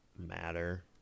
matter